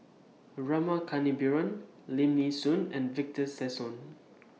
Rama Kannabiran Lim Nee Soon and Victor Sassoon